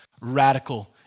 radical